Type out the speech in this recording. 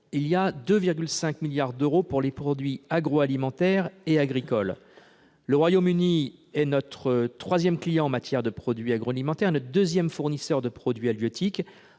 dont 2,5 milliards d'euros au titre des produits agroalimentaires et agricoles. Le Royaume-Uni est notre troisième client en matière de produits agroalimentaires et notre deuxième fournisseur de produits halieutiques,